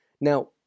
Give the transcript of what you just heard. Now